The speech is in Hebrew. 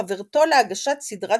חברתו להגשת סדרת